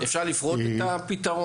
אפשר לפרוט את הפתרון?